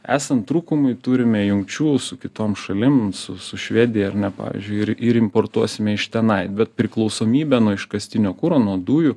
esant trūkumui turime jungčių su kitom šalim su su švedija ar ne pavyzdžiui ir ir importuosime iš tenai bet priklausomybį nuo iškastinio kuro nuo dujų